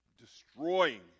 destroying